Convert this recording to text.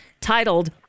titled